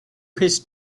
his